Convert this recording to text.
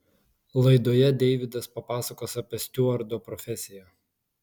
laidoje deividas papasakos apie stiuardo profesiją